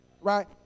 Right